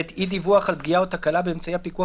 (ב)אי־דיווח על פגיעה או תקלה באמצעי הפיקוח